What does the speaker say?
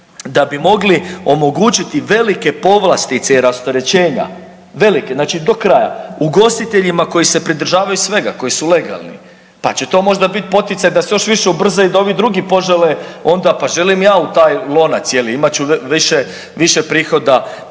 da bi mogli omogućiti velike povlastice i rasterećenja, velike, znači do kraja ugostiteljima koji se pridržavaju svega, koji su legalni. Pa će to možda biti poticaj da se još više ubrza i da i ovi drugi požele onda, pa želim ja u taj lonac je li imat ću više, više prihoda